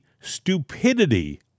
stupidity